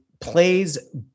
plays